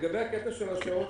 אני לא עשיתי 12/12,